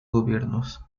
gobiernos